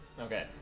Okay